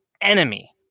enemy